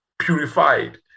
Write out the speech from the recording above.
purified